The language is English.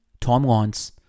timelines